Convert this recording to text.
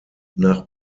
nach